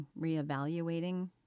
reevaluating